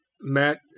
Matt